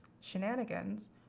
Shenanigans